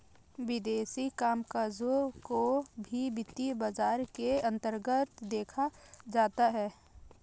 विदेशी कामकजों को भी वित्तीय बाजार के अन्तर्गत देखा जाता है